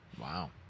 Wow